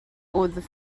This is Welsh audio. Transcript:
wddf